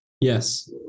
Yes